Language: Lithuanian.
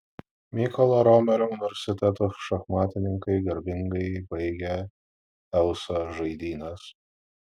mykolo romerio universiteto šachmatininkai garbingai baigė eusa žaidynes